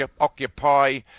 occupy